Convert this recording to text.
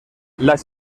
las